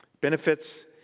Benefits